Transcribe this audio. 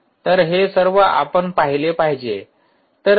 तर हे सर्व आपण पाहिले पाहिजे